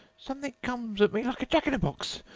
something comes at me like a jack-in-the-box,